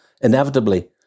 inevitably